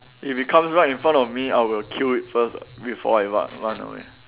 if it comes right in front of me I will kill it first [what] before I run run away